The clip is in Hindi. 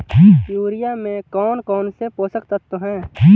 यूरिया में कौन कौन से पोषक तत्व है?